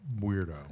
weirdo